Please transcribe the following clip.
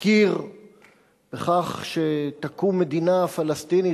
הכיר בכך שתקום מדינה פלסטינית,